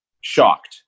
shocked